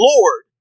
Lord